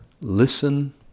listen